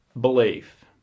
belief